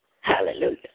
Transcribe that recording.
Hallelujah